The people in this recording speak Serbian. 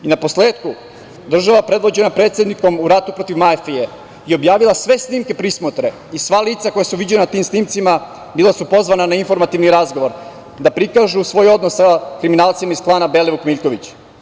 Na posletku, država predvođena predsednikom ratu protiv mafije je objavila sve snimke prismotre i sva lica koja su viđena na tim snimcima bila su pozvana na informativni razgovor da prikažu svoj odnos sa kriminalcima iz klana Belivuk-Miljković.